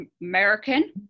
American